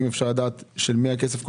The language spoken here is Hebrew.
אם אפשר לדעת של מי הכסף הקואליציוני.